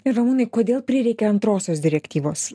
ir ramūnai kodėl prireikė antrosios direktyvos